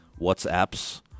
Whatsapps